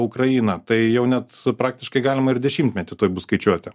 ukrainą tai jau net praktiškai galima ir dešimtmetį tuoj bus skaičiuoti